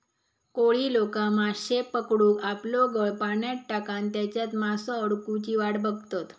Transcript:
कोळी लोका माश्ये पकडूक आपलो गळ पाण्यात टाकान तेच्यात मासो अडकुची वाट बघतत